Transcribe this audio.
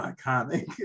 iconic